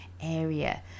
area